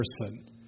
person